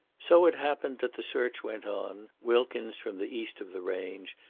so it happened that the search went on. wilkins from the east of the range,